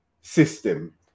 system